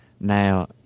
Now